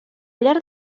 llarg